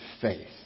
faith